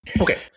Okay